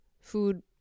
food